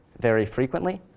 very frequently.